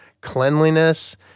cleanliness